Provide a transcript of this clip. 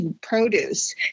produce